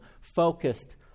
focused